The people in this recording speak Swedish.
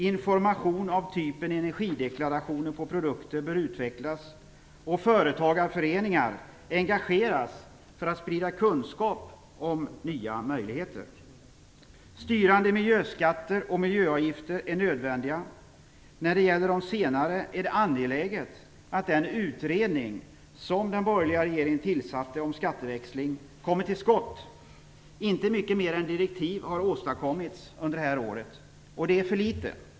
Information av typen energideklarationer på produkter bör utvecklas och företagarföreningar engageras för att sprida kunskap om nya möjligheter. Styrande miljöskatter och miljöavgifter är nödvändiga. När det gäller de senare är det angeläget att den utredning om skatteväxling som den borgerliga regeringen tillsatte kommer till skott. Inte mycket mer än direktiv har åstadkommits under det här året, och det är för litet.